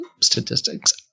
statistics